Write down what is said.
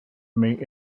mate